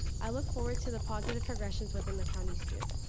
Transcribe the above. i look forward to the positive progressions within the county soon,